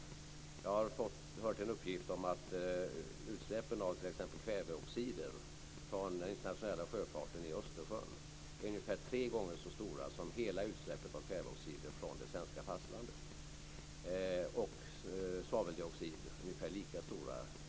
Jag har fått uppgift om att utsläppen av t.ex. kväveoxider från den internationella sjöfarten i Östersjön är ungefär tre gånger så stora som hela utsläppet av kväveoxid från det svenska fastlandet. Utsläppen av svaveldioxid är ungefär lika stora.